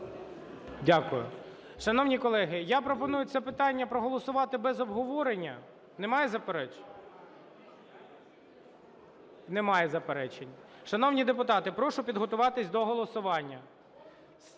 Дякую. Шановні колеги, я пропоную це питання проголосувати без обговорення. Немає заперечень? Немає заперечень. Шановні депутати, прошу підготуватись до голосування.